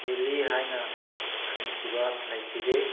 ꯍꯦꯜꯂꯤ ꯍꯥꯏꯅ ꯈꯟꯈꯤꯕ ꯂꯩꯈꯤꯗꯦ